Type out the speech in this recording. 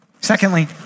Secondly